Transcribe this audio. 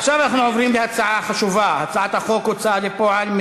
עכשיו אנחנו עוברים להצעה חשובה: הצעת חוק ההוצאה לפועל (תיקון,